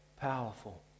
powerful